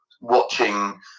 watching